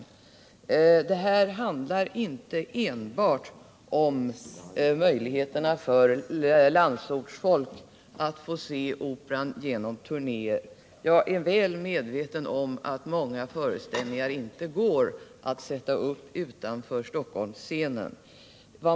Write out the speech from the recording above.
Jag tänker i detta sammanhang inte enbart på möjligheterna för folk från landsorten att se operaföreställningar i samband med Operans turnéer, och jag är väl medveten om att många föreställningar inte går att sätta upp utanför Stockholmsscenen.